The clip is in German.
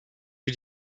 für